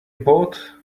bought